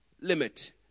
limit